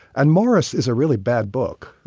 and morris is a really bad book.